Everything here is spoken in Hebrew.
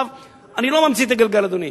אני לא ממציא את הגלגל, אדוני.